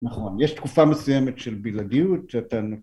נכון, יש תקופה מסוימת של בלעדיות, שאתה...